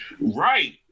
right